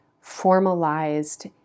formalized